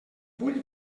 vull